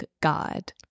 God